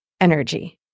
energy